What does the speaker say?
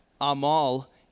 amal